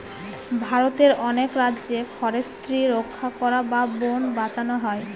ভারতের অনেক রাজ্যে ফরেস্ট্রি রক্ষা করা বা বোন বাঁচানো হয়